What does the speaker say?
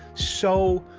so.